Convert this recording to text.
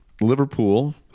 Liverpool